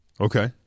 Okay